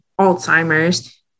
Alzheimer's